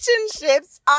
relationships